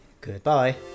goodbye